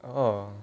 oh